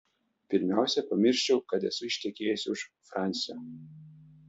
pirmiausia pamirščiau kad esu ištekėjusi už fransio